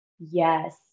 Yes